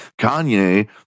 Kanye